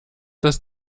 das